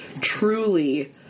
truly